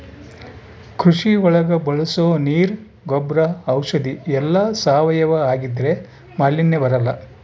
ಕೃಷಿ ಒಳಗ ಬಳಸೋ ನೀರ್ ಗೊಬ್ರ ಔಷಧಿ ಎಲ್ಲ ಸಾವಯವ ಆಗಿದ್ರೆ ಮಾಲಿನ್ಯ ಬರಲ್ಲ